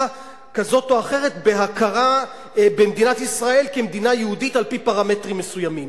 כזאת או אחרת בהכרה במדינת ישראל כמדינה יהודית על-פי פרמטרים מסוימים.